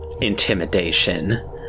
intimidation